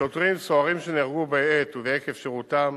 שוטרים, סוהרים שנהרגו בעת ועקב שירותם